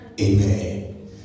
Amen